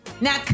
Now